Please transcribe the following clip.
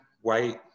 white